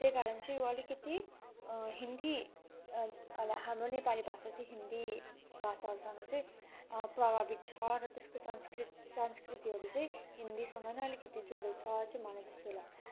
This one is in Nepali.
त्यही कारण चाहिँ यो अलिकति हिन्दी अहिले हाम्रो नेपाली भाषा चाहिँ हिन्दी भाषाहरूसँग चाहिँ प्रभावित छ र त्यसको सांस्कृत सांस्कृतिहरू चाहिँ हिन्दीसँग नै अलिकति जोडिएको छ चाहिँ मलाई त्यस्तो लाग्छ